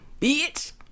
bitch